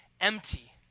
empty